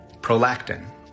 prolactin